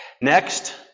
Next